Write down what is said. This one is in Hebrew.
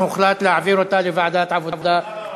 ההצעה להעביר את הצעת חוק הפיקוח על שירותים פיננסיים (קופות גמל)